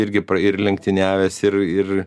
irgi ir lenktyniavęs ir ir